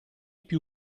più